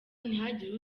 ntihagire